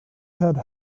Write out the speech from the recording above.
had